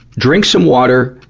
drink some water.